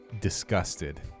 disgusted